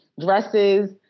dresses